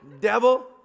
Devil